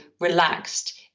relaxed